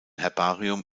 herbarium